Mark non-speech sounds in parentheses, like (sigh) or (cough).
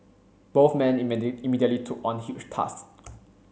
both men (unintelligible) immediately took on huge tasks